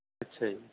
ਅੱਛਾ ਜੀ